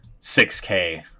6K